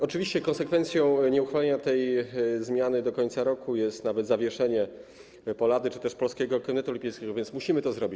Oczywiście konsekwencją nieuchwalenia tej zmiany do końca roku jest nawet zawieszenie POLADA czy też Polskiego Komitetu Olimpijskiego, więc musimy to zrobić.